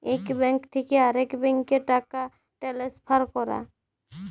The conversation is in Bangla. ইক ব্যাংক থ্যাকে আরেক ব্যাংকে টাকা টেলেসফার ক্যরা